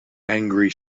angry